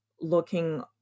looking